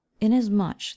inasmuch